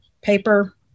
paper